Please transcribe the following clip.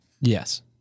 yes